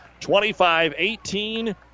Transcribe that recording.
25-18